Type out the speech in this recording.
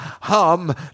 hum